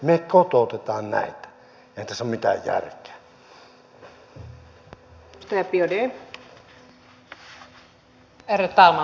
veikko niin se alkaa mattoja kauppaamaan sellainen